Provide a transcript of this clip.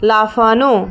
লাফানো